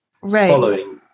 following